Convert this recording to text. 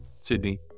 Sydney